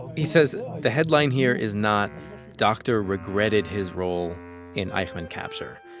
he says the headline here is not doctor regretted his role in eichmann capture.